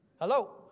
Hello